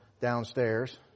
downstairs